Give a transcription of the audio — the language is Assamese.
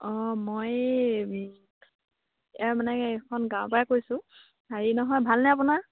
অঁ মই ইয়াৰ মানে এইখন গাঁৱৰ পৰাই কৈছোঁ হেৰি নহয় ভালনে আপোনাৰ